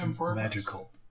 magical